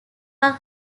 are